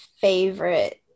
favorite